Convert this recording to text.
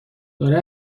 داره